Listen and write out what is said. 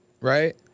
right